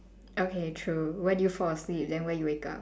okay true where do you fall asleep then where you wake up